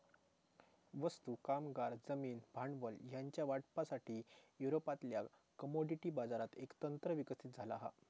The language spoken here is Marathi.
वस्तू, कामगार, जमीन, भांडवल ह्यांच्या वाटपासाठी, युरोपातल्या कमोडिटी बाजारात एक तंत्र विकसित झाला हा